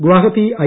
Guwahati I